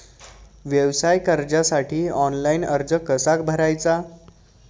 व्यवसाय कर्जासाठी ऑनलाइन अर्ज कसा भरायचा?